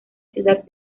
ciudad